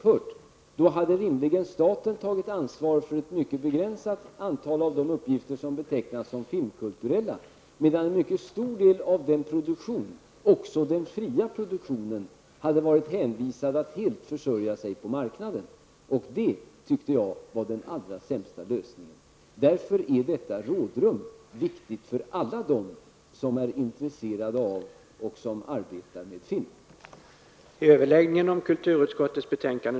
Då hade rimligen staten tagit ansvar för ett mycket begränsat antal av de uppgifter som betecknas som filmkulturella, medan en mycket stor del av produktionen -- även den fria produktionen -- hade varit hänvisad till att helt försörja sig på marknaden. Och det tyckte jag var den allra sämsta lösningen. Därför är detta rådrum viktigt för alla dem som är intresserade av och arbetar med film.